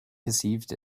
perceived